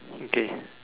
okay